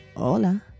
Hola